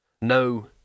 No